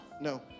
No